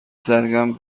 سرگرم